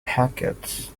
packets